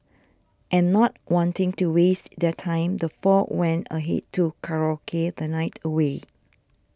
and not wanting to waste their time the four went ahead to karaoke the night away